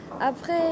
Après